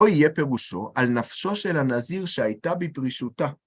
או יהיה פירושו: על נפשו של הנזיר שהייתה בפרישותה.